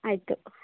ಆಯಿತು